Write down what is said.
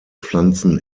pflanzen